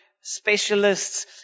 specialists